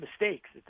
mistakes